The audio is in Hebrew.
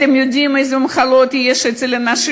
אתם יודעים איזה מחלות יש אצל האנשים